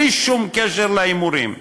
בלי שום קשר להימורים.